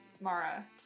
Mara